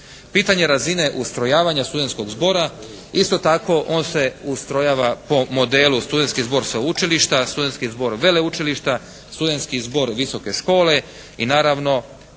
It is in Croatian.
Pitanje razine ustrojavanja studentskog zbora, isto tako on se ustrojava po modelu studentski zbor-sveučilišta, studentski zbor-veleučilišta, studentski zbor-veleučilišta,